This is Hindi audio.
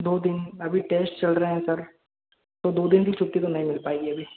दो दिन अभी टेस्ट चल रहे हैं सर तो दो दिन की छुट्टी तो नहीं मिल पाएगी अभी